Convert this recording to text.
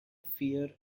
fear